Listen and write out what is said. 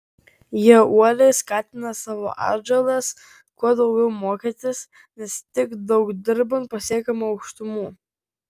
jie uoliai skatina savo atžalas kuo daugiau mokytis nes tik daug dirbant pasiekiama aukštumų